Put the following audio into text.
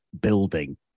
building